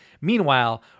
Meanwhile